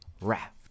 raft